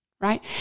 Right